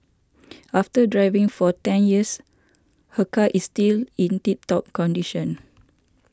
after driving for ten years her car is still in tip top condition